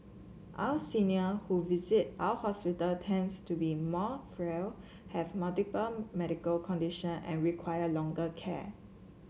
our senior who visit our hospital tends to be more frail have multiple medical condition and require longer care